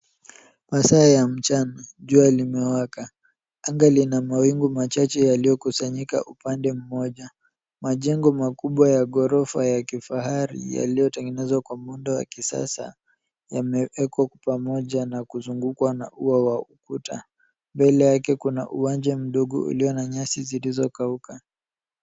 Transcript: Masaa ya mchana, jua limewaka. Anga lina mawingu machache yaliyokusanyika upande mmoja. Majengo makubwa ya ghorofa ya kifahari yaliyotengenezwa kwa muundo wa kisasa yamewekwa kwa pamoja na kuzungukwa na ua wa ukuta. Mbele yake kuna uwanja mdogo ulio na nyasi zilizokauka.